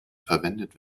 verwendet